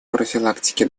профилактики